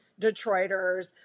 Detroiters